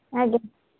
ଆଜ୍ଞା